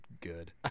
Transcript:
good